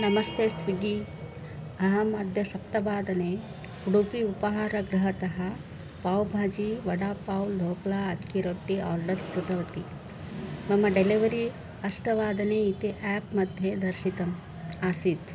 नमस्ते स्विग्गी अहम् अद्य सप्तवादने उडुपि उपहारगृहतः पाव् भाजि वडा पाव् ढोक्ला अक्किरोट्टि आर्डर् कृतवती मम डेलिवरि अष्टवादने इति एप् मध्ये दर्शितम् आसीत्